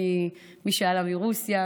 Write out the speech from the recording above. מי שעלה מרוסיה,